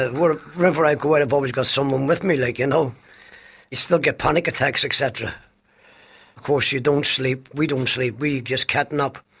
ah sort of wherever i go i've always got someone with me, like you know, you still get panic attacks etc. of course you don't sleep, we don't sleep, we just cat-nap.